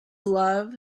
love